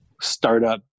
startup